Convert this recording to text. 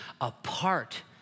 apart